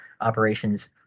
operations